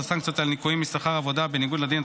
הגברת הסנקציות על ניכויים משכר עבודה בניגוד לדין),